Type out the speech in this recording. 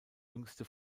jüngste